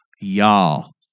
y'all